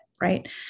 right